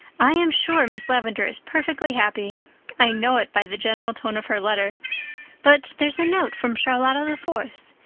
i am sure miss lavendar is perfectly happy i know it by the general tone of her letter but there's a note from charlotta the fourth.